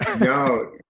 No